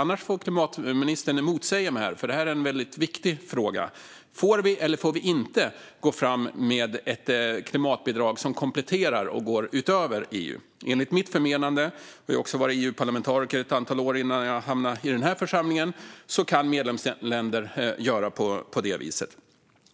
Om inte får klimatministern säga emot mig, för det här är en väldigt viktig fråga: Får vi eller får vi inte gå fram med ett svenskt klimatbidrag som kompletterar och går utöver EU:s? Enligt mitt förmenande - och jag har varit EU-parlamentariker under ett antal år innan jag hamnade i den här församlingen - kan medlemsländer göra på det viset.